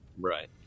Right